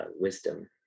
wisdom